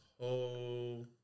whole